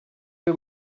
two